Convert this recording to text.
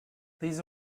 these